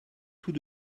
tout